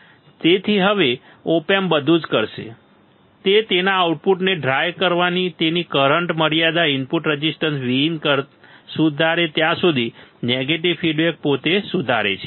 તેથી હવે op amp બધું જ કરશે તે તેના આઉટપુટને ડ્રાય કરવાની તેની કરંટ મર્યાદા ઇનપુટ રેઝિસ્ટન્સ Vin સુધારે ત્યાં સુધી નેગેટિવ ફીડબેક પોતાને સુધારે છે